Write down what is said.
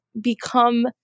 become